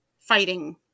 fighting